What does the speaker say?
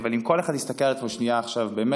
אבל אם כל אחד יסתכל על עצמו שנייה עכשיו באמת,